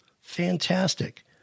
Fantastic